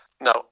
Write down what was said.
Now